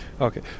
Okay